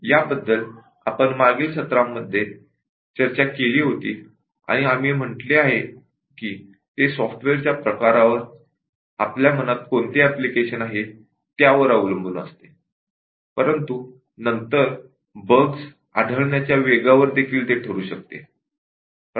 याबद्दल आपण मागील व्याख्यानामध्ये चर्चा केली होती आणि आम्ही म्हटले आहे की ते खरोखर सॉफ्टवेअरच्या प्रकारावर आपल्या मनात कोणते एप्लिकेशन आहे त्यावर अवलंबून असते परंतु नंतर बग्स आढळण्याच्या वेगावर देखील ते ठरू शकते